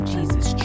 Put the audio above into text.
Jesus